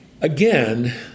Again